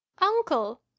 uncle